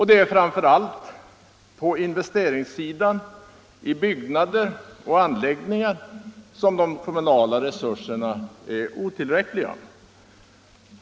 Det är framför allt på investeringssidan i byggnader och anläggningar som de kommunala resurserna är otillräckliga.